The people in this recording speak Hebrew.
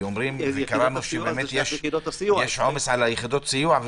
כי קראנו שיש עומס על יחידות הסיוע,